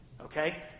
Okay